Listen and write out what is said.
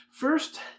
First